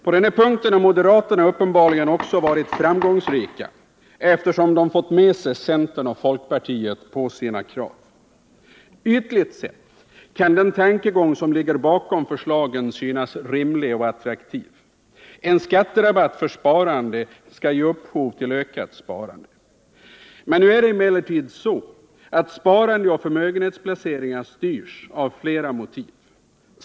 På den här punkten har moderaterna uppenbarligen också varit framgångsrika, eftersom de fått med sig centern och folkpartiet på sina krav. Ytligt sett kan den tankegång som ligger bakom förslagen synas rimlig och attraktiv: en skatterabatt för sparande skall ge upphov till ett ökat sparande. Nu är det emellertid så att sparande och förmögenhetsplaceringar styrs av flera motiv.